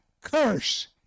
curse